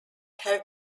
have